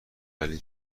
ولی